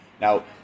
Now